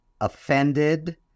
offended